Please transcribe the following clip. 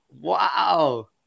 wow